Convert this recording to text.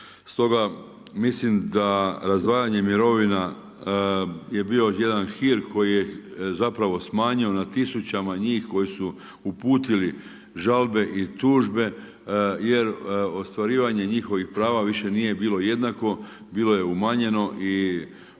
Stoga mislim da razdvajanje mirovina je bio jedan hir koji je zapravo smanjio na tisućama njih koji su uputili žalbe i tužbe jer ostvarivanje njihovih prava više nije bilo jednako, bilo je umanjeno i u